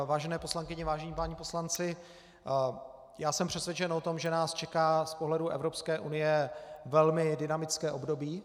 Vážené poslankyně, vážení páni poslanci, já jsem přesvědčen o tom, že nás čeká z pohledu Evropské unie velmi dynamické období.